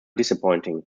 disappointing